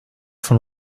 von